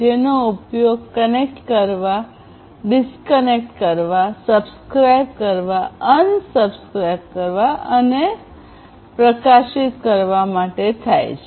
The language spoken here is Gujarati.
જેનો ઉપયોગ કનેક્ટ કરવા ડિસ્કનેક્ટ કરવા સબ્સ્ક્રાઇબ કરવા અનસબ્સ્ક્રાઇબ કરવા અને પ્રકાશિત કરવા માટે થાય છે